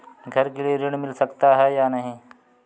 घर के लिए ऋण मिल सकता है या नहीं?